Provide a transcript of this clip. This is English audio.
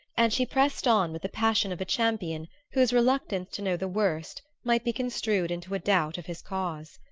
and she pressed on with the passion of a champion whose reluctance to know the worst might be construed into a doubt of his cause.